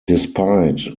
despite